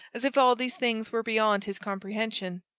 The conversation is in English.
as if all these things were beyond his comprehension.